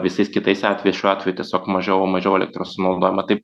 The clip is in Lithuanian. visais kitais atvejais šiuo atveju tiesiog mažiau mažiau elektros sunaudojama tai